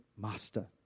master